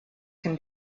can